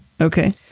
Okay